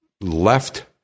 left